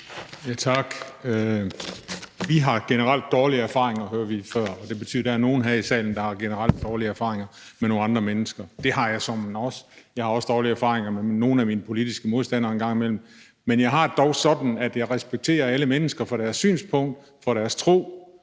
(EL): Vi har generelt dårlige erfaringer, hørte vi før, og det betyder, at der er nogen her i salen, der har generelt dårlige erfaringer med nogle andre mennesker. Det har jeg såmænd også; jeg har også dårlige erfaringer med nogle af mine politiske modstandere en gang imellem, men jeg har det dog sådan, at jeg respekterer alle mennesker for deres synspunkt, for deres tro,